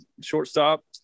shortstop